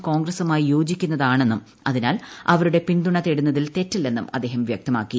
P കോൺഗ്രസുമായി യോജിക്കുന്നതാണെന്നും അതിനാൽ അവരുടെ പിൻതുണ തേടുന്നതിൽ തെറ്റില്ലെന്നും അദ്ദേഹം വ്യക്തമാക്കി